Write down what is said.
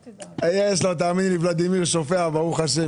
יש לו, תאמיני לי, ולדימיר שופע, ברוך השם.